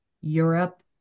Europe